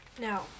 Now